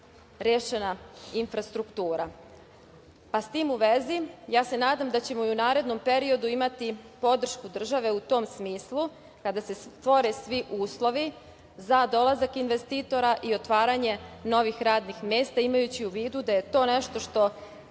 rešena infrastruktura.S tim u vezi ja se nadam da ćemo i u narednom periodu imati podršku države u tom smislu, kada se stvore svi uslovi za dolazak investitora i otvaranje novih radnih mesta imajući u vidu da je to nešto što